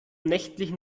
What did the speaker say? nächtlichen